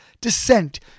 descent